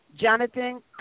Jonathan